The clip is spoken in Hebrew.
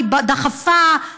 היא דחפה,